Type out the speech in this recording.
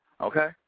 Okay